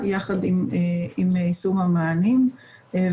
אנחנו שמענו כאן את ה-DA של קולורדו שמסביר עד כמה הגידול בבית הוא